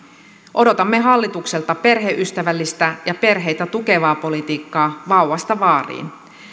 odotamme hallitukselta perheystävällistä ja perheitä tukevaa politiikkaa vauvasta vaariin